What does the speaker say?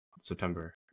september